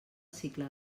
cicle